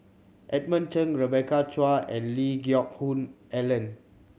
Edmund Cheng Rebecca Chua and Lee Geck Hoon Ellen